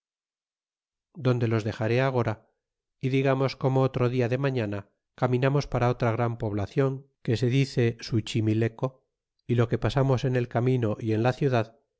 donde los dexaré agora y digamos como otro dia de mañana caminamos para otra gran poblacion que se dice suchimileco y lo que pasamos en el camino y en la ciudad